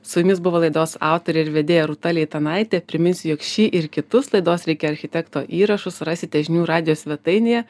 su jumis buvo laidos autorė ir vedėja rūta leitanaitė priminsiu jog šį ir kitus laidos reikia architekto įrašus rasite žinių radijo svetainėje